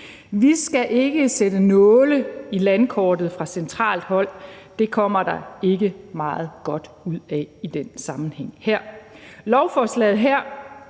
Vi skal ikke sætte nåle i landkortet fra centralt hold, det kommer der ikke meget godt ud af i den sammenhæng her. Lovforslaget her